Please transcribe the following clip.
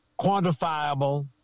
quantifiable